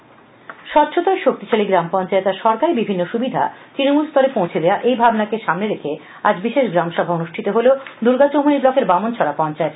গ্রামসভা স্বচ্ছতা শক্তিশালী গ্রাম পঞ্চায়েত আর সরকারি বিভিন্ন সুবিধা তৃণমূল স্তরে পৌঁছে দেওয়া এই ভাবনা কে সামনে রেখে আজ বিশেষ গ্রামসভা অনুষ্ঠিত হল দুর্গাচৌমুহনী ব্লকের বামনছড়া পঞ্চায়েতে